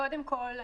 קודם כול,